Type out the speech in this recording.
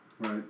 Right